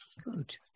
Good